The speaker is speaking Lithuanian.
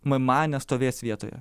mma nestovės vietoje